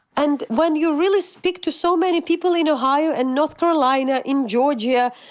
and when you really speak to so many people in ohio and north carolina, in georgia,